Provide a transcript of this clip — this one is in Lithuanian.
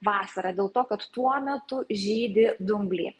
vasara dėl to kad tuo metu žydi dumbliai